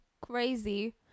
crazy